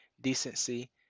decency